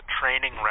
training